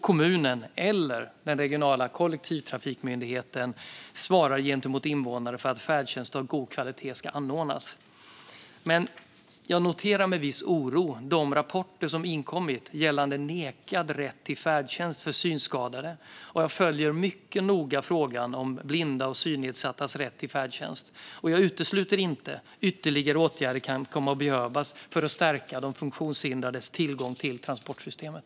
Kommunen eller den regionala kollektivtrafikmyndigheten svarar gentemot invånarna för att färdtjänst av god kvalitet anordnas. Jag noterar dock med viss oro de rapporter som inkommit gällande nekad rätt till färdtjänst för synskadade, och jag följer mycket noga frågan om blinda och synnedsattas rätt till färdtjänst. Jag utesluter inte att ytterligare åtgärder kan komma att behövas för att stärka de funktionshindrades tillgång till transportsystemet.